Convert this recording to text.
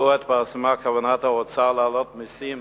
השבוע התפרסמה כוונת האוצר להעלות מסים